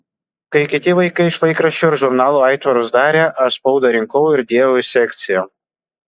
kai kiti vaikai iš laikraščių ir žurnalų aitvarus darė aš spaudą rinkau ir dėjau į sekciją